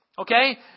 okay